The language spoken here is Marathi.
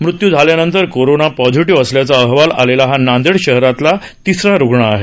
मृत्यू झाल्यानंतर कोरोना पॉसिटिव्ह असल्याचा अहवाल आलेला हा नांदेड शहरातला तीसरा रूग्ण आहे